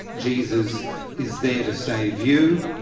jesus is there to save you,